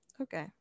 Okay